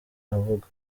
avuga